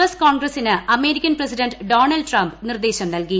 S കോൺഗ്രസ്സിന് American president Donald Trump നിർദ്ദേശം നൽകി